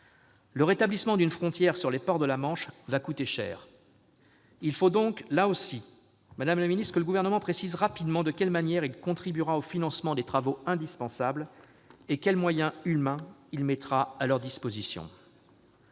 Le rétablissement d'une frontière sur les ports de la Manche va coûter cher. Dans ce domaine également, il faut donc que le Gouvernement précise rapidement de quelle manière il contribuera au financement des travaux indispensables et quels moyens humains il mettra à leur disposition.